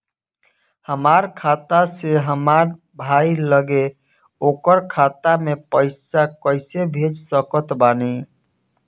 हमार खाता से हमार भाई लगे ओकर खाता मे पईसा कईसे भेज सकत बानी?